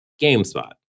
GameSpot